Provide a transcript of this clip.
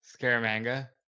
scaramanga